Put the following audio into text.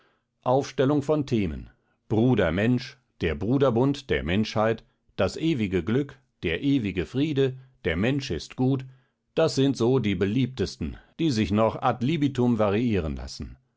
aufstellung von themen bruder mensch der bruderbund der menschheit das ewige glück der ewige friede der mensch ist gut das sind so die beliebtesten die sich noch ad libitum variieren lassen